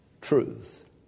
truth